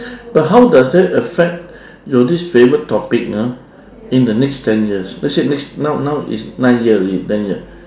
but how does that affect your this favourite topic ah in the next ten years let's say now now is nine year already ten year